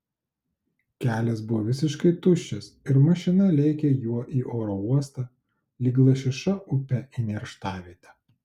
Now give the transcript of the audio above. kelias buvo visiškai tuščias ir mašina lėkė juo į oro uostą lyg lašiša upe į nerštavietę